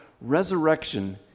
Resurrection